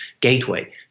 Gateway